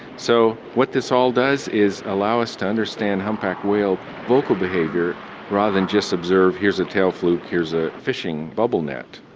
so what this all does is allow us to understand humpback whale vocal behaviour rather than just observe, here's a tail fluke, here's a fishing bubble net.